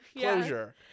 Closure